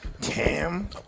Tam